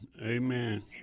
Amen